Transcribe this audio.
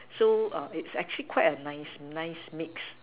so err it's actually quite a nice nice mix